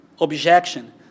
objection